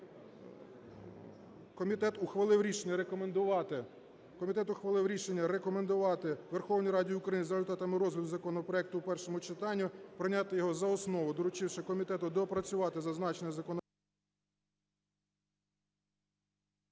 комітет ухвалив рішення рекомендувати Верховній Раді України за результатами розгляду законопроекту у першому читанні прийняти його за основу, доручивши комітету доопрацювати зазначений законопроект…